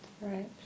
right